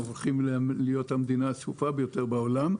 אנחנו הולכים להיות המדינה הצפופה ביותר בעולם,